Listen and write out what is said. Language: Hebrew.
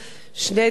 שני דברים.